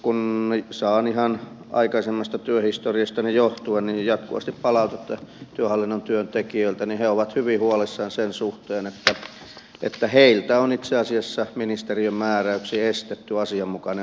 kun saan ihan aikaisemmasta työhistoriastani johtuen jatkuvasti palautetta työhallinnon työntekijöiltä niin he ovat hyvin huolissaan sen suhteen että heiltä on itse asiassa ministeriön määräyksin estetty asianmukainen asiakaspalvelu